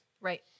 Right